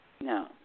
No